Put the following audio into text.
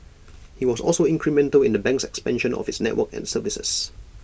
he was also incremental in the bank's expansion of its network and services